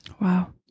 Wow